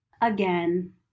Again